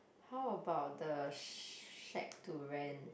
how about the shack to rent